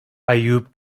ayub